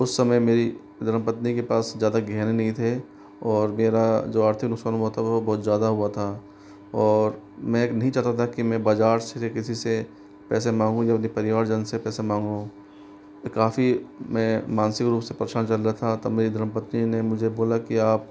उस समय मेरी धर्मपत्नी के पास ज़्यादा गहने नहीं थे और मेरा जो आर्थिक नुकसान हुआ था वो बहुत ज़्यादा हुआ था और मैं नहीं चाहता था कि मैं बाजार से किसी से पैसे मांगू या अपने परिवारजन से पैसे मांगू काफ़ी मैं मानसिक रूप से परेशान चल रहा था तब मेरी धर्मपत्नी ने मुझे बोला कि आप